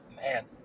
Man